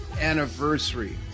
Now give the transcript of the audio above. anniversary